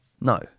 No